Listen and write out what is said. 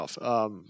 off